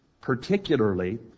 particularly